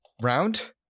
round